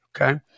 Okay